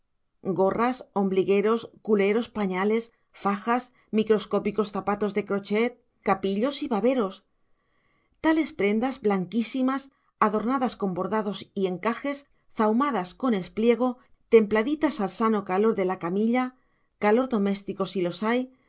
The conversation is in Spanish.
gorras ombligueros culeros pañales fajas microscópicos zapatos de crochet capillos y baberos tales prendas blanquísimas adornadas con bordados y encajes zahumadas con espliego templaditas al sano calor de la camilla calor doméstico si los